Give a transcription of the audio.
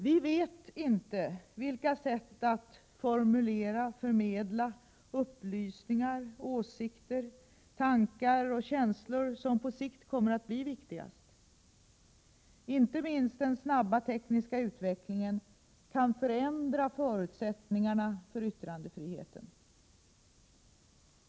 Vi vet inte vilka sätt att formulera och förmedla upplysningar, åsikter, tankar och känslor som på sikt kommer att bli viktigast. Inte minst den snabba tekniska utvecklingen kan förändra förutsättningarna för yttrandefriheten.